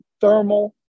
thermal